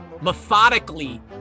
methodically